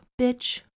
bitch